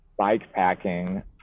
bikepacking